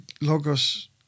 Logos